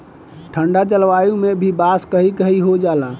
ठंडा जलवायु में भी बांस कही कही हो जाला